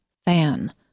fan